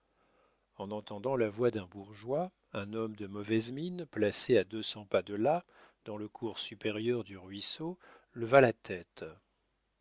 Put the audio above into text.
en entendant la voix d'un bourgeois un homme de mauvaise mine placé à deux cents pas de là dans le cours supérieur du ruisseau leva la tête